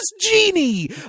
genie